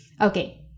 Okay